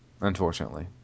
unfortunately